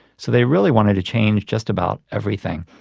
so they really wanted to change just about everything.